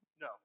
No